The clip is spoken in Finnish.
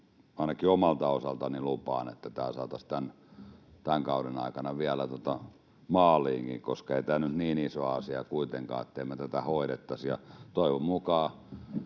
ainakin omalta osaltani lupaan, että tämä saataisiin tämän kauden aikana vielä maaliinkin, koska ei tämä nyt niin iso asia ole kuitenkaan, ettei me tätä hoidettaisi. Toivon mukaan